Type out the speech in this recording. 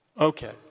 Okay